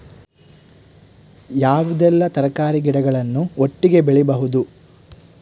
ಯಾವುದೆಲ್ಲ ತರಕಾರಿ ಗಿಡಗಳನ್ನು ಒಟ್ಟಿಗೆ ಬೆಳಿಬಹುದು?